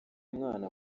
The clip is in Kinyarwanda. umwana